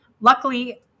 Luckily